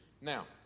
Now